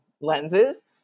lenses